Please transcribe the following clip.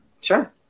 Sure